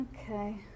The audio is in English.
Okay